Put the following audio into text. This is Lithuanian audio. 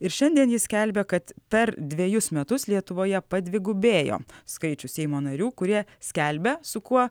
ir šiandien jis skelbia kad per dvejus metus lietuvoje padvigubėjo skaičius seimo narių kurie skelbia su kuo